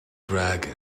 dragon